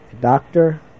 doctor